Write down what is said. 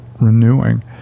renewing